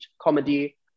comedy